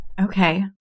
Okay